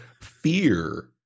fear